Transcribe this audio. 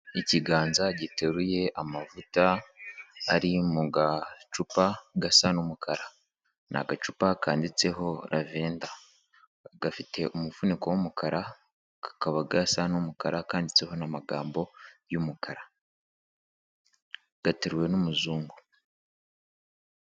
Ikiganza giteruye amavuta ari mu gacupa gasa n'umukara, ni agacupa kanditseho lavenda, gafite umufuniko w'umukara kakaba gasa n'umukara kanditseho n'amagambo y'umukara, gateruwe n'umuzungu.